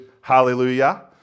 hallelujah